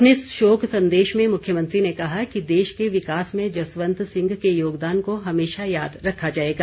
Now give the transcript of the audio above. अपने शोक संदेश में मुख्यमंत्री ने कहा कि देश के विकास में जसवंत सिंह के योगदान को हमेशा याद रखा जाएगा